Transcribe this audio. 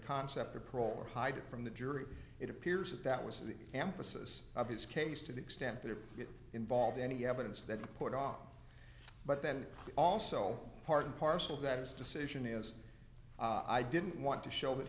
concept of parole or hide it from the jury it appears that that was the emphasis of his case to the extent that it involved any evidence that put off but then also part and parcel that his decision is i didn't want to show that